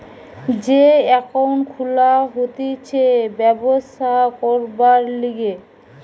যে একাউন্ট খুলা হতিছে ব্যবসা করবার লিগে